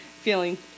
Feeling